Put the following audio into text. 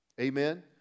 Amen